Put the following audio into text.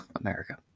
America